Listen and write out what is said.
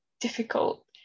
difficult